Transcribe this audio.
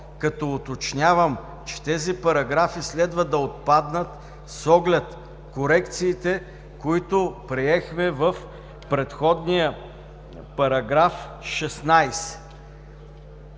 като уточнявам, че тези параграфи следва да отпаднат с оглед корекциите, които приехме в предходния § 16.